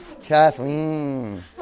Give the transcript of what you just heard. Kathleen